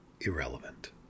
irrelevant